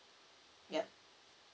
ya